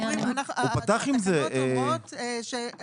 מה זאת אומרת מעבר למוסכם?